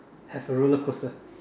have a roller coaster